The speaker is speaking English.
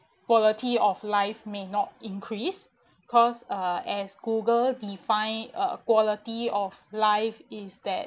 quality of life may not increase cause uh as google define a quality of life is that